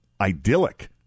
idyllic